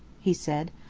he said.